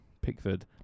Pickford